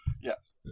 yes